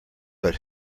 but